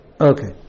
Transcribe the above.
Okay